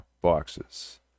boxes